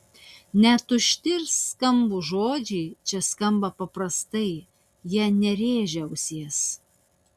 net tušti ir skambūs žodžiai čia skamba paprastai jie nerėžia ausies